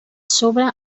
sobre